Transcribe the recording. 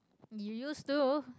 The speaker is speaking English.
you used to